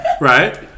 right